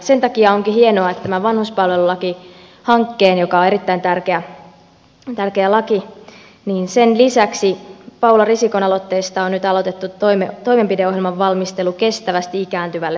sen takia onkin hienoa että tämän vanhuspalvelulakihankkeen lisäksi joka on erittäin tärkeä laki paula risikon aloitteesta on nyt aloitettu toimenpideohjelman valmistelu kestävästi ikääntyvälle suomelle